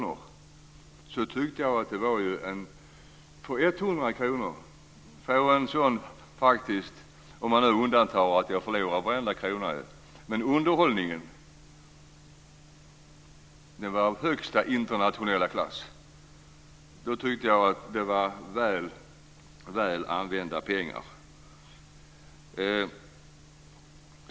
Om man bortser ifrån att jag förlorade varenda krona tycker jag ändå att underhållningen var av högsta internationella klass. Det var väl använda pengar.